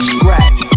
Scratch